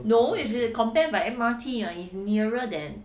no if you compare by M_R_T ah it's nearer than